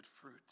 fruit